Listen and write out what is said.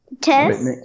test